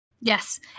Yes